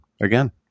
again